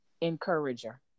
encourager